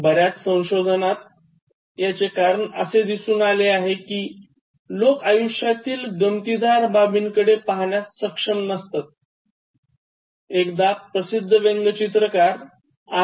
बर्याच संशोधनात याचे कारण असे दिसून आले आहे कि लोक आयुष्यातील गंमतीदार बाबींकडे पाहण्यास सक्षम नसतात एकदा प्रसिद्ध व्यंगचित्रकार आर